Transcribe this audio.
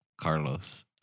Carlos